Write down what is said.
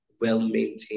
well-maintained